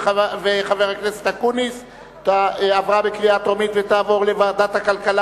לדיון מוקדם בוועדת הכלכלה